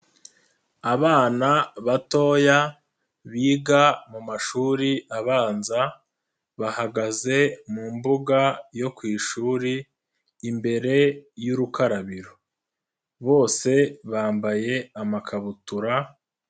Abana batoya biga mu mashuri abanza, bahagaze mu mbuga yo ku ishuri imbere y'urukarabiro. Bose bambaye amakabutura.